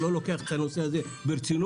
לא לוקח את הנושא הזה ברצינות,